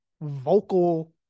vocal